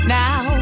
now